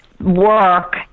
work